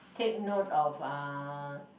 take note of uh